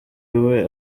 iwe